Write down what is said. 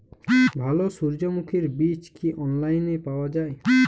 ভালো সূর্যমুখির বীজ কি অনলাইনে পাওয়া যায়?